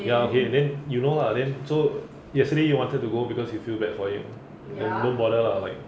ya okay then you know lah then so yesterday you wanted to go because you feel bad for him don~ don't bother lah like